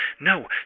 No